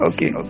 Okay